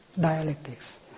dialectics